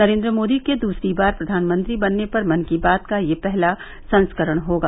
नरेन्द्र मोदी के दूसरी बार प्रधानमंत्री बनने पर मन की बात का यह पहला संस्करण होगा